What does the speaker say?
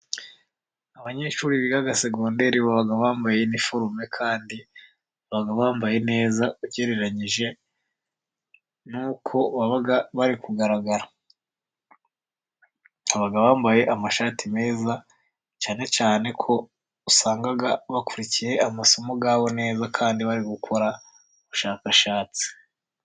Abanyeshuri biga segonderi baba bambaye iniforume kandi baba bambaye neza, ugereranyije n'uko baba bari kugaragara. Baba bambaye amashati meza, cyane cyane ko usanga bakurikiye amasomo yabo neza kandi bari gukora ubushakashatsi.